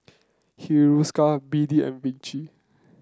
Hiruscar B D and Vichy